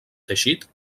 teixit